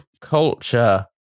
culture